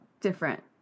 different